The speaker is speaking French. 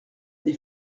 des